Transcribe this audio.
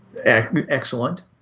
Excellent